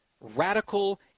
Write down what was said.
radical